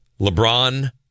LeBron